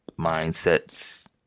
mindsets